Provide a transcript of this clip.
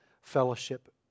fellowship